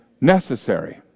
necessary